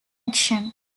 action